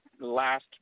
last